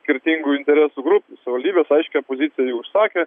skirtingų interesų grupių savivaldybės aiškią poziciją jau išsakė